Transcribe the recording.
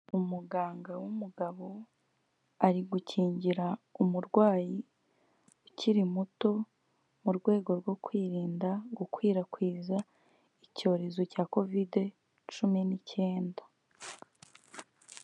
Umuganga w'umugabo, ari gukingira umurwayi ukiri muto, mu rwego rwo kwirinda gukwirakwiza icyorezo cya Kovide cumi n'icyenda.